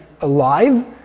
alive